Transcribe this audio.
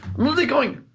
really going,